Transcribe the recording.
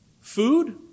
Food